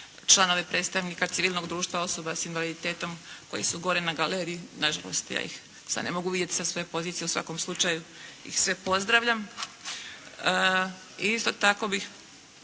članove predstavnika civilnog društva osoba sa invaliditetom koji su gore na galeriji nažalost ja ih sada ne mogu vidjeti sa svoje pozicije, u svakom slučaju ih sve pozdravljam. I isto tako bih,